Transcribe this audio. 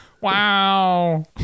Wow